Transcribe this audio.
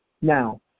Now